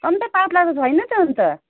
कम त पातला त छैन त अन्त